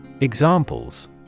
Examples